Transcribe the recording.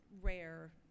rare